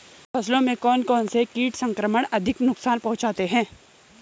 फसलों में कौन कौन से कीट संक्रमण अधिक नुकसान पहुंचाते हैं?